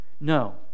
no